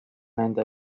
nende